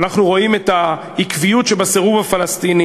אנחנו רואים את העקביות שבסירוב הפלסטיני